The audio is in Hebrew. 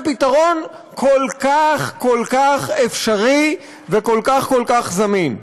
הפתרון כל כך כל כך אפשרי וכל כך כל כך זמין.